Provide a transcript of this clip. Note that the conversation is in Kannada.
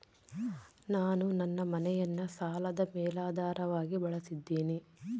ನಾನು ನನ್ನ ಮನೆಯನ್ನ ಸಾಲದ ಮೇಲಾಧಾರವಾಗಿ ಬಳಸಿದ್ದಿನಿ